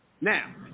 Now